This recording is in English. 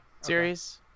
series